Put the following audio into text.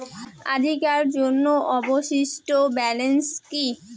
আজিকার জন্য অবশিষ্ট ব্যালেন্স কি?